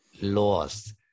lost